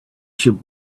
should